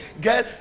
girl